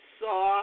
saw